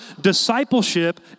Discipleship